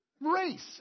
race